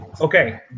Okay